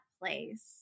place